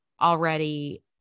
already